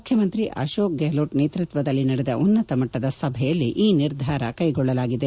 ಮುಖ್ಯಮಂತ್ರಿ ಅಶೋಕ್ ಗೆಹ್ನೋಟ್ ನೇತ್ಪತ್ಸದಲ್ಲಿ ನಡೆದ ಉನ್ನತ ಮಟ್ಟದ ಸಭೆಯಲ್ಲಿ ಈ ನಿರ್ಧಾರ ಕೈಗೊಳ್ಳಲಾಗಿದೆ